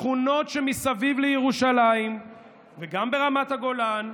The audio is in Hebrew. בשכונות שמסביב לירושלים וגם ברמת הגולן,